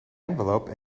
envelope